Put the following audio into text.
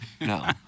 No